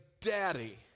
Daddy